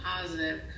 positive